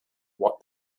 what